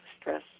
stress